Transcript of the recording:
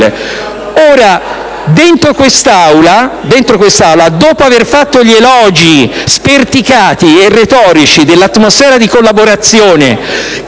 di quest'Aula, dopo aver fatto elogi sperticati e retorici all'atmosfera di collaborazione